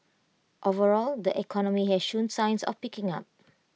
overall the economy has shown signs of picking up